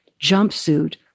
jumpsuit